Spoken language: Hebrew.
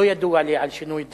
לא ידוע על שינוי דרסטי,